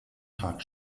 tag